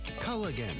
Culligan